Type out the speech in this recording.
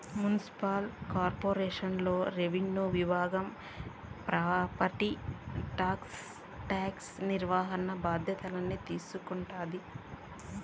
municipal corporation లోన revenue విభాగం property tax నిర్వహణ బాధ్యతల్ని తీసుకుంటాది